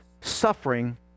suffering